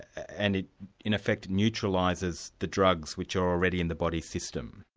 and it in effect neutralises the drugs which are already in the body system.